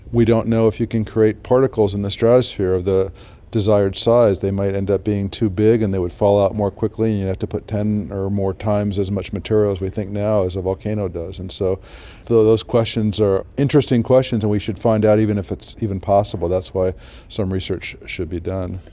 we don't know if you can create particles in the stratosphere of the desired size. they might end up being too big and they would fall out more quickly and you'd have to put ten or more times as much material as we think now as a volcano does. and so so those questions are interesting questions and we should find out even if it's even possible, that's why some research should be done.